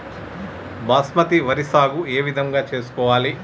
బాస్మతి వరి సాగు ఏ విధంగా చేసుకోవాలి?